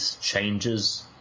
changes